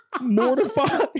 mortified